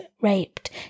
raped